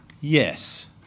Yes